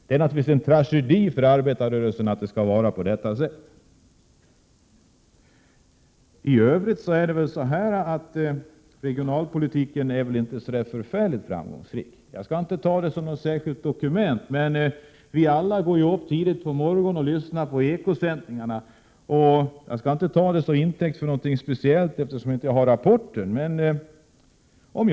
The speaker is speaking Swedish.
Det är en tragedi för arbetarrörelsen att det skall vara på detta sätt. Regionalpolitiken är för övrigt inte så förfärligt framgångsrik. Vi går alla upp tidigt på morgonen och lyssnar till Eko-sändningarna. Om jag hörde rätt talade man där en morgon om en rapport från SIND om lokaliseringsstöd Prot. 1987/88:127 jag skall låta vara osagt om det gällde glesbygd eller inte.